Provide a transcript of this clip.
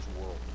world